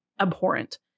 abhorrent